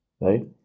Right